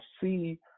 see